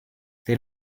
they